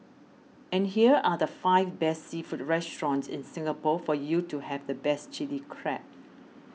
and here are the five best seafood restaurants in Singapore for you to have the best Chilli Crab